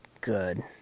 good